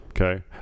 Okay